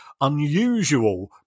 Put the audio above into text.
unusual